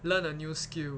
learn a new skill